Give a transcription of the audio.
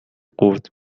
قورت